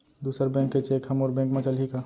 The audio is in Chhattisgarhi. दूसर बैंक के चेक ह मोर बैंक म चलही का?